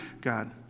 God